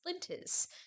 Splinters